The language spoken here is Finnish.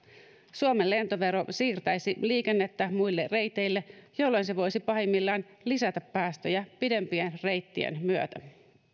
suomen lentovero siirtäisi liikennettä muille reiteille jolloin se voisi pahimmillaan lisätä päästöjä pidempien reittien myötä